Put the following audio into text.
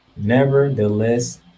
Nevertheless